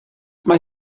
mae